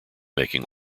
making